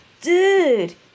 dude